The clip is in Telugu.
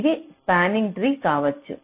ఇది స్పానింగ్ ట్రీ కావచ్చు